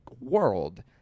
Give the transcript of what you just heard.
world